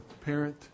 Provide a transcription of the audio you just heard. parent